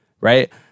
right